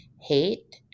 hate